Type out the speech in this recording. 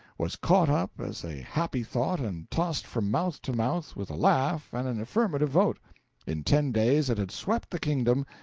was caught up as a happy thought and tossed from mouth to mouth with a laugh and an affirmative vote in ten days it had swept the kingdom,